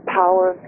power